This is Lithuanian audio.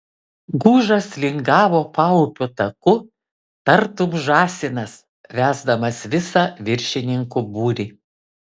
gužas lingavo paupio taku tartum žąsinas vesdamas visą viršininkų būrį